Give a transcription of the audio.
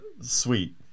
sweet